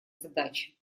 задачи